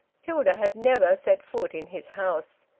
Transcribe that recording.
hilda had never set foot in his house.